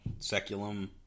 Seculum